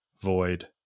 void